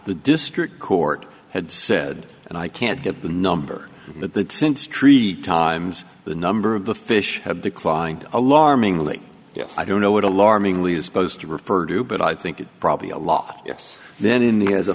the district court had said and i can't get the number but that since tree times the number of the fish have declined alarmingly yes i don't know what alarmingly is supposed to refer to but i think it's probably a lot yes then in the as a